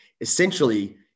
essentially